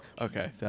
okay